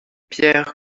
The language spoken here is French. pierre